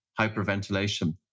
hyperventilation